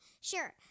Sure